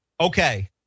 Okay